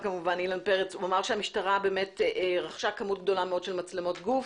לנו ואמר שהמשטרה רכשה כמות גדולה מאוד של מצלמות גוף.